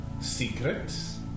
secrets